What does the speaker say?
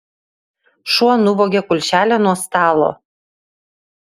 šuo nuvogė kulšelę nuo stalo